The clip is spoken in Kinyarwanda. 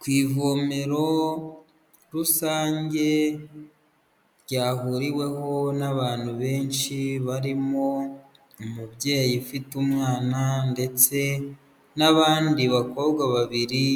Ku ivomero rusange ryahuriweho n'abantu benshi barimo umubyeyi ufite umwana ndetse n'abandi bakobwa babiri,